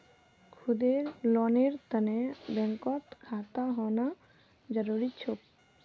खुदेर लोनेर तने बैंकत खाता होना जरूरी छोक